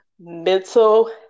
mental